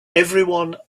everyone